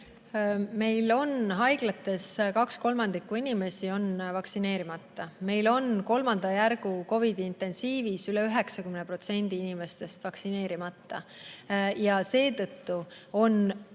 Meil on haiglates kaks kolmandikku inimesi vaktsineerimata, meil on COVID-i kolmanda järgu intensiivis üle 90% inimestest vaktsineerimata. Seetõttu on